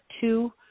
two